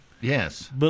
Yes